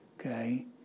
Okay